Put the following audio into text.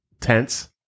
tense